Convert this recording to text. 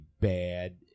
bad